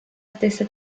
stessa